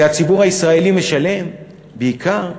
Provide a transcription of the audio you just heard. והציבור הישראלי משלם בעיקר.